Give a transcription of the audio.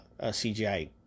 CGI